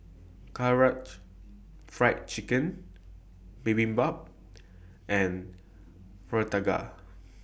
Karaage Fried Chicken Bibimbap and Fritada